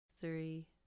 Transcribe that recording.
three